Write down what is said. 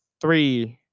three